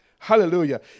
Hallelujah